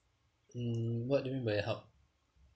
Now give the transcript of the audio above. mm what do you mean by help